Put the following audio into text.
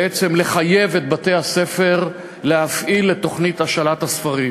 בעצם לחייב את בתי-הספר להפעיל את תוכנית השאלת הספרים,